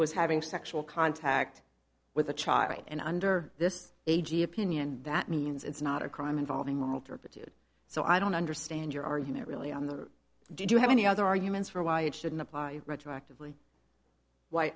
was having sexual contact with a child and under this a g opinion that means it's not a crime involving moral turpitude so i don't understand your argument really on the do you have any other arguments for why it shouldn't apply retroactively why